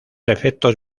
efectos